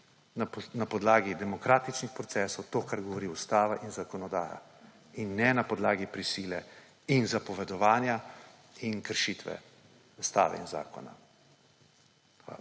na podlagi demokratičnih procesov, kar govori ustava, kar govori zakonodaja, ne na podlagi prisile in zapovedovanja ter kršitve ustave in zakona. Hvala.